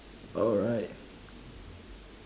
alright